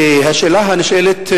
והשאלה הנשאלת,